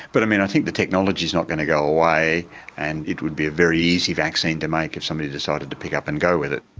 but i think the technology is not going to go away and it would be a very easy vaccine to make if somebody decided to pick up and go with it.